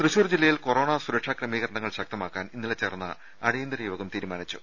തൃശൂർ ജില്ലയിൽ കൊറോണ സുരക്ഷാ ക്രമീകരണങ്ങൾ ശക്തമാക്കാൻ ഇന്നലെ ചേർന്ന അടിയന്തര യ്യോഗം തീരുമാനിച്ചു